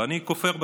ואני כופר בכך,